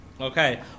okay